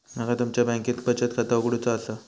माका तुमच्या बँकेत बचत खाता उघडूचा असा?